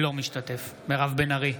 אינו משתתף מירב בן ארי,